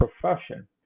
profession